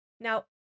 Now